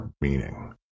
meaning